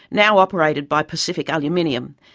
now operated by pacific aluminium,